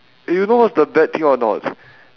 eh you know what's the bad thing or not